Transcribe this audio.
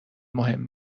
مهم